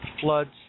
floods